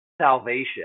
salvation